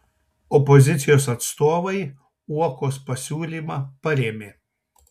opozicijos atstovai uokos pasiūlymą parėmė